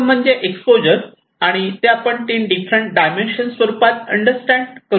प्रथम म्हणजे एक्स्पोजर आणि ते आपण तीन डिफरंट डायमेन्शन स्वरूपात अंडरस्टँड करू शकतो